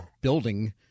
building